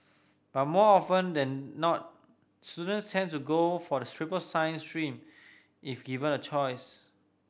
but more often than not students tend to go for the triple science stream if given a choice